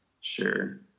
Sure